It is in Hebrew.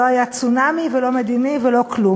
לא היה צונאמי ולא מדיני ולא כלום.